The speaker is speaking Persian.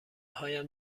هایم